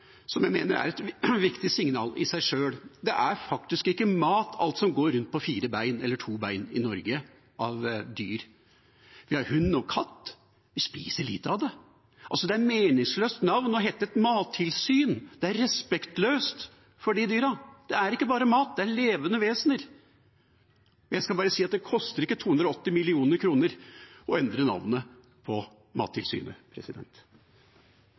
som jeg mener er et viktig signal i seg sjøl: Det er faktisk ikke mat, alt som går rundt på fire eller to bein av dyr i Norge. Vi har hund og katt. Vi spiser lite av det. Det er et meningsløst navn å hete Mattilsynet. Det er respektløst overfor dyra. Det er ikke bare mat. Det er levende vesener. Jeg må bare si at det koster ikke 280 mill. kr å endre navnet på Mattilsynet.